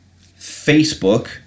Facebook